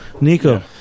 Nico